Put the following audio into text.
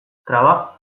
traba